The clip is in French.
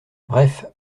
bref